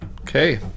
Okay